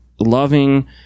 loving